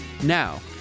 Now